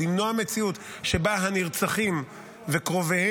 למנוע מציאות שבה הנרצחים וקרוביהם,